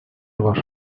var